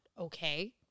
okay